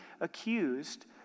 accused